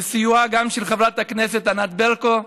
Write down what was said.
גם בסיועה של חברת הכנסת ענת ברקו,